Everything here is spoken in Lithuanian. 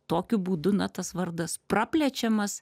tokiu būdu na tas vardas praplečiamas